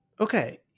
Okay